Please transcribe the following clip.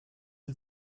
sie